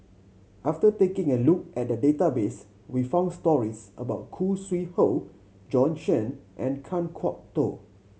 after taking a look at the database we found stories about Khoo Sui Hoe Bjorn Shen and Kan Kwok Toh